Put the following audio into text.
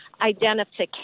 identification